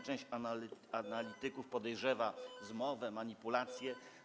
Część analityków podejrzewa zmowę, manipulację.